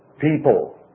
people